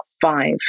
five